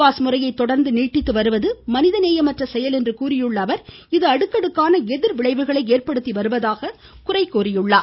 pass முறையை தொடா்ந்து நீட்டித்து வருவது மனிதநேயமற்ற செயல் என்று கூறியுள்ள அவர் இது அடுக்கடுக்கான எதிர் விளைவுகளை ஏற்படுத்தி வருவதாகவும் அவர் கூறியுள்ளார்